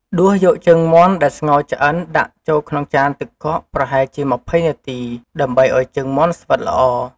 ដួសយកជើងមាន់ដែលស្ងោរឆ្អិនដាក់ចូលក្នុងចានទឹកកកប្រហែលជា ២០ នាទី ដើម្បីឱ្យជើងមាន់ស្វិតល្អ។